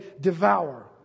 devour